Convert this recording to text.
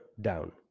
down